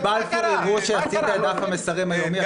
בבלפור יראו שעשית את דף המסרים היומי...